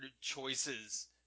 choices